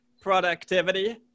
productivity